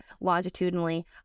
longitudinally